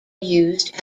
used